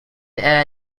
air